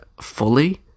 fully